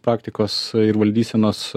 praktikos ir valdysenos